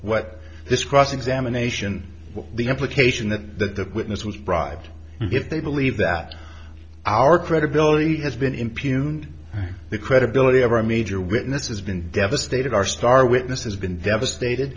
what this cross examination the implication that the witness was bribed if they believe that our credibility has been impugned the credibility of our major witness has been devastated our star witness has been devastated